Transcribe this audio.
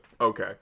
Okay